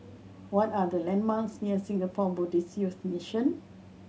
what are the landmarks near Singapore Buddhist Youth Mission